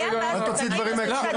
רגע --- אני לא רוצה שיוצאו דברים מהקשרם.